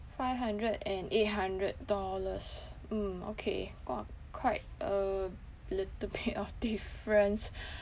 five hundred and eight hundred dollars mm okay !wah! quite a little bit of difference